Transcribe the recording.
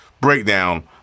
breakdown